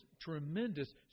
tremendous